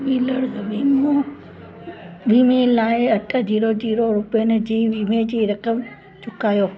two wheeler वीमो वीमे लाइ अठ ज़ीरो ज़ीरो रुपियनि जी वीमे जी रक़म चुकायो